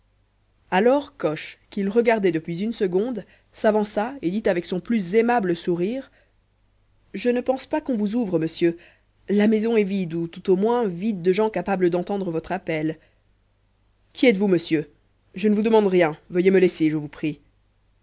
alors coche qu'il regardait depuis une seconde s'avança et dit avec son plus aimable sourire je ne pense pas qu'on vous ouvre monsieur la maison est vide ou tout au moins vide de gens capables d'entendre votre appel qui êtes-vous monsieur je ne vous demande rien veuillez me laisser je vous prie